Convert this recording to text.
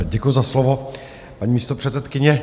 Děkuji za slovo, paní místopředsedkyně.